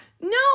No